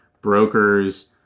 brokers